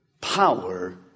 power